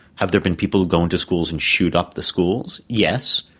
have there been people going to schools and shoot up the schools? yes,